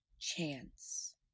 chance